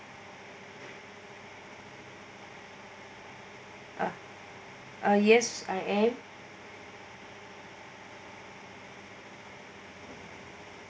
uh yes I am